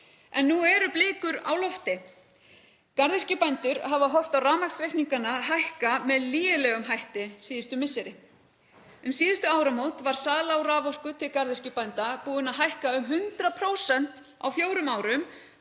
En nú eru blikur á lofti. Garðyrkjubændur hafa horft á rafmagnsreikningana hækka með lygilegum hætti síðustu misseri. Um síðustu áramót var sala á raforku til garðyrkjubænda búin að hækka um 100% á fjórum árum